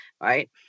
Right